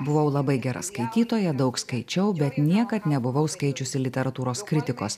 buvau labai gera skaitytoja daug skaičiau bet niekad nebuvau skaičiusi literatūros kritikos